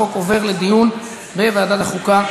הצעת החוק עוברת לדיון בוועדת החוקה,